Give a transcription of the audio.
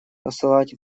посылать